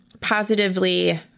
positively